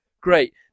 Great